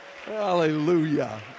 Hallelujah